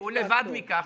ואמרתי: לבד מכך,